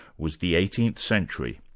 was the eighteenth century.